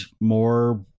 more